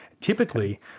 Typically